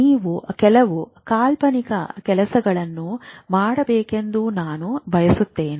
ನೀವು ಕೆಲವು ಕಾಲ್ಪನಿಕ ಕೆಲಸಗಳನ್ನು ಮಾಡಬೇಕೆಂದು ನಾನು ಬಯಸುತ್ತೇನೆ